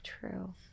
true